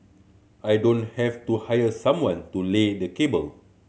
I don't have to hire someone to lay the cable